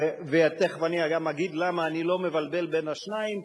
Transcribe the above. ותיכף אני גם אגיד למה אני לא מבלבל בין השניים.